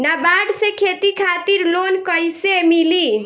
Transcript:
नाबार्ड से खेती खातिर लोन कइसे मिली?